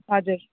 हजुर